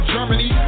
Germany